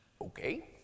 Okay